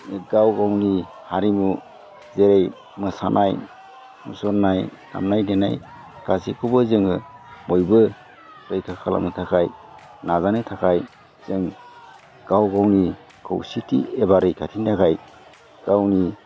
गाव गावनि हारिमु जेरै मोसानाय मुसुरनाय दामनाय देनाय गासैखौबो जोङो बयबो रैखा खालामनो थाखाय नाजानो थाखाय जों गाव गावनि खौसेथि एबा रैखाथिनि थाखाय गावनि